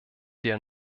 der